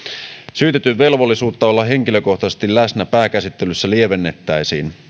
syytetyn velvollisuutta olla henkilökohtaisesti läsnä pääkäsittelyssä lievennettäisiin